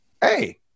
hey